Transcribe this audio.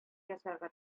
ясарга